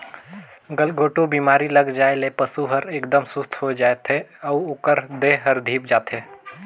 गलघोंटू बेमारी लग जाये ले पसु हर एकदम सुस्त होय जाथे अउ ओकर देह हर धीप जाथे